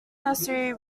nursery